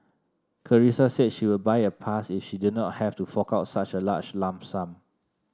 Carissa said she would buy a pass if she did not have to fork out such a large lump sum